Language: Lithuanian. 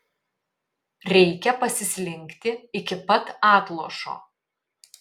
reikia pasislinkti iki pat atlošo